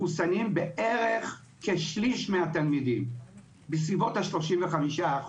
מחוסנים בערך כשליש מהתלמידים, בסביבות ה-35%.